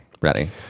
Ready